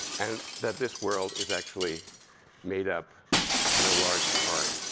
and that this world is actually made up in a large part,